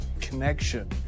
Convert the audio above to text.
connection